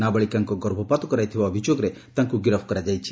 ନାବାଳିକାଙ୍କ ଗର୍ଭପାତ କରାଇଥିବା ଅଭିଯୋଗରେ ତାଙ୍କୁ ଗିରଫ କରାଯାଇଛି